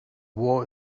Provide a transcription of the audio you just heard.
war